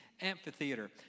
amphitheater